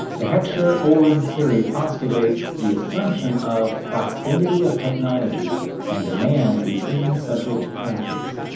the heckscher-ohlin theory postulates the assumption of proximity of technology and demand between subject countries.